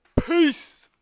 Peace